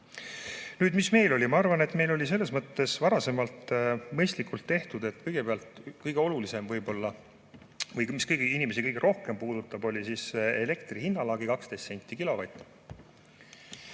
Nüüd, mis meil oli? Ma arvan, et meil oli selles mõttes varasemalt mõistlikult tehtud, et kõigepealt – see on võib-olla kõige olulisem, mis inimesi kõige rohkem puudutab – oli elektri hinna lagi 12 senti kilovatt.